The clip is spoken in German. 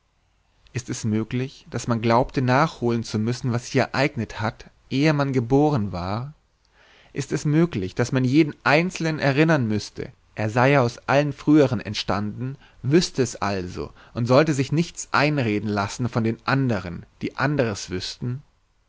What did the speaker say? ist es möglich daß man glaubte nachholen zu müssen was sich ereignet hat ehe man geboren war ist es möglich daß man jeden einzelnen erinnern müßte er sei ja aus allen früheren entstanden wüßte es also und sollte sich nichts einreden lassen von den anderen die anderes wüßten